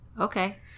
Okay